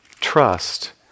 trust